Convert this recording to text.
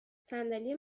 صندلی